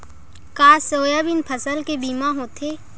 का सोयाबीन फसल के बीमा होथे?